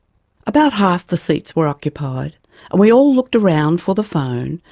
about half the seats were occupied, and we all looked around for the phone,